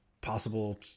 possible